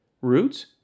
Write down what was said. Roots